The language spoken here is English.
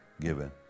given